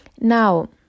Now